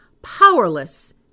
powerless